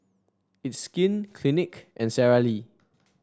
It's Skin Clinique and Sara Lee